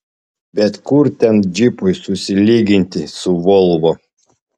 bet kur ten džipui susilyginti su volvo